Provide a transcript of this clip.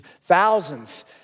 thousands